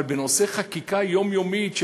אבל בנושאי חקיקה יומיומית,